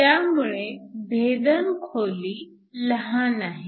त्यामुळे भेदन खोली लहान आहे